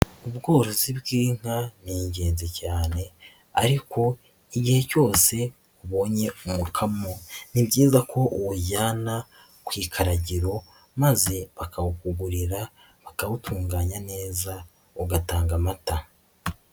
Ubworozi bw'inka ni ingenzi cyane ariko igihe cyose ubonye umukamo ni byiza ko uwujyana ku ikaragiro maze bakawukugurira bakawutunganya neza ugatanga amata.